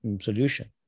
solution